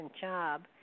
job